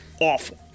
awful